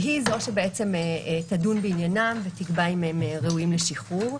שהיא זו תדון בעניינם ותקבע אם הם ראויים לשחרור,